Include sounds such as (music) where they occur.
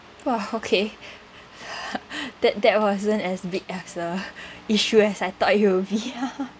!wah! okay (breath) that that wasn't as big as a issue as I thought it will be (laughs)